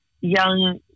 young